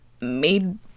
made